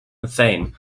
insane